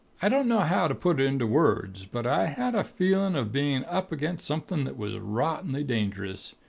i don't know how to put it into words but i had a feeling of being up against something that was rottenly dangerous.